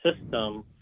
system